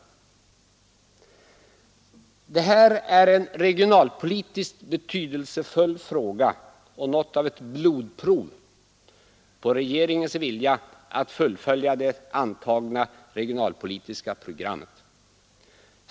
Det här är en regionalpolitiskt betydelsefull fråga och något av ett blodprov på regeringens vilja att fullfölja det antagna regionalpolitiska programmet.